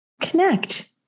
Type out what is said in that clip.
connect